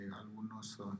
algunos